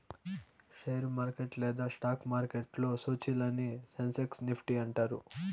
share market లేదా stock మార్కెట్లో సూచీలని సెన్సెక్స్ నిఫ్టీ అంటారు